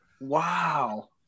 wow